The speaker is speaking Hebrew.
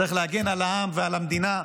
צריכים להגן על העם ועל המדינה.